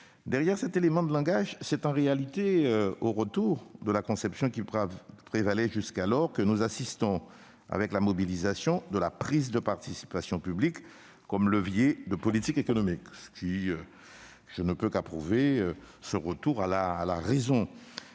Derrière cet élément de langage, c'est en réalité au retour de la conception qui prévalait jusqu'alors que nous assistons, avec la mobilisation de la prise de participation publique comme levier de politique économique. Je ne peux qu'approuver ce retour à la raison